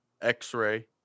x-ray